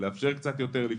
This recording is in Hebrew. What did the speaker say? לאפשר קצת יותר לפתוח,